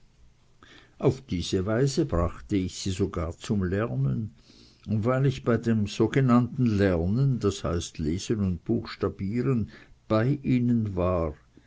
auf diese weise brachte ich sie sogar zum lernen und weil ich bei dem sogenannten lernen das heißt lesen und buchstabieren bei ihnen war